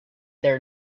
their